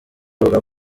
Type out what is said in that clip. avuga